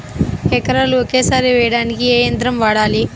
ఎకరాలు ఒకేసారి వేయడానికి ఏ యంత్రం వాడాలి?